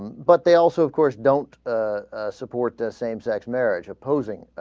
but they also of course don't ah. a support the same sex marriage opposing ah.